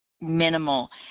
minimal